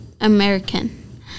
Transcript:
American